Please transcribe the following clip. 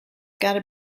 gotta